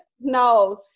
no